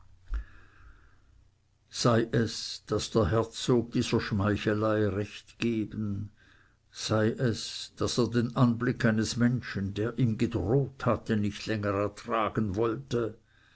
sei es daß der herzog dieser schmeichelei recht geben sei es daß er den anblick eines menschen der ihm gedroht hatte nicht langer ertragen wollte